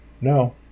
No